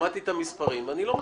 שמעתי את המספרים ואני לא מסכים.